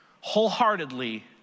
wholeheartedly